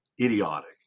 Idiotic